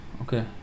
okay